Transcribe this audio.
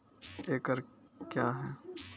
एकड कया हैं?